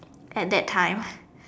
at that time